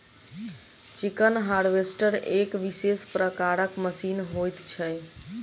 chicken harvester एक विशेष प्रकारक मशीन होइत छै